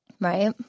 right